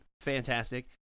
Fantastic